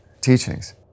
teachings